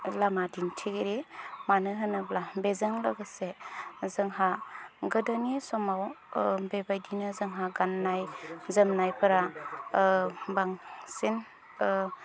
लामा दिनथिगिरि मानो होनोब्ला बेजों लोगोसे जोंहा गोदोन समाव बेबायदिनो जोंहा गाननाय जोमनायफोरा बांसिन